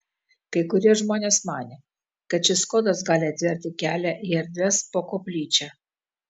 kai kurie žmonės manė kad šis kodas gali atverti kelią į erdves po koplyčia